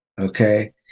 okay